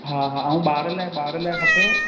हा हा ऐं ॿार लाइ ॿार लाइ खपेव